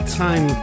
time